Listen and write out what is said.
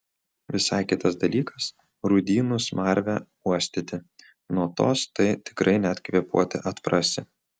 visai kitas dalykas rūdynų smarvę uostyti nuo tos tai tikrai net kvėpuoti atprasi